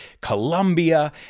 Colombia